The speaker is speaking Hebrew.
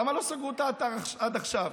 למה לא סגרו את האתר עד עכשיו?